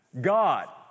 God